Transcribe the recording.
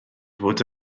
fod